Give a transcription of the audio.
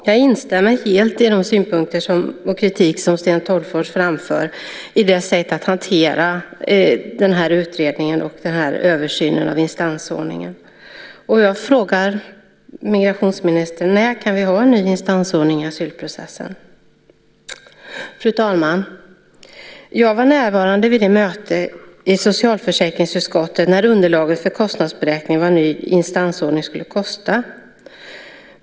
Jag instämmer helt i de synpunkter och den kritik som Sten Tolgfors framför mot sättet att hantera utredningen om och översynen av instansordningen. Jag frågar migrationsministern: När kan vi ha en ny instansordning i asylprocessen? Fru talman! Jag var närvarande vid det möte i socialförsäkringsutskottet där det nya underlaget för kostnadsberäkningen av vad en ny instansordning skulle kosta presenterades.